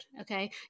okay